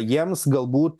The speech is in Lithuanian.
jiems galbūt